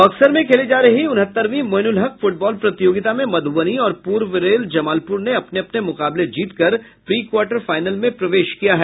बक्सर में खेली जा रही उनहत्तरवीं मोइनुलहक फुटबॉल प्रतियोगिता में मधुबनी और पूर्व रेल जमालपूर ने अपने अपने मुकाबले जीतकर प्री क्वार्टर फाइनल में प्रवेश किया है